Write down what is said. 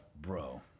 bro